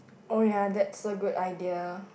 oh ya that's a good idea